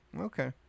Okay